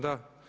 Da.